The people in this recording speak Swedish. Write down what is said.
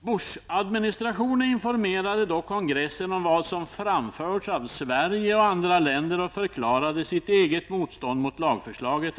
Bush-administrationen informerade då kongressen om vad som framförts av Sverige och andra länder och förklarade sitt eget motstånd mot lagförslaget.